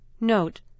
Note